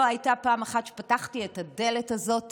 לא הייתה פעם אחת שפתחתי את הדלת הזאת